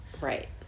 Right